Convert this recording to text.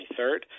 23rd